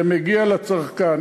זה מגיע לצרכן.